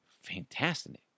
fantastic